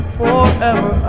forever